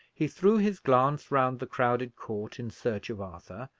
he threw his glance round the crowded court in search of arthur,